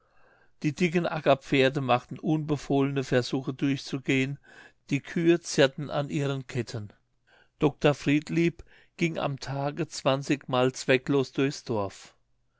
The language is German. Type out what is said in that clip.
die dicken ackerpferde machten unbefohlene versuche durchzugehen die kühe zerrten an ihren ketten dr friedlieb ging am tage zwanzigmal zwecklos durchs dorf